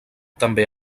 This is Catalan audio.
també